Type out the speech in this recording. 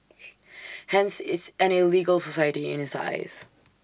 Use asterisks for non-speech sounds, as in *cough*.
*noise* hence it's an illegal society in his eyes